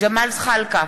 ג'מאל זחאלקה,